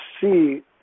see